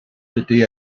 dydy